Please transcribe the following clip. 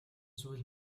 зүйл